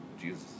Jesus